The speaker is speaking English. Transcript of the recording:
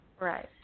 Right